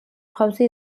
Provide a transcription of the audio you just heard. jauzi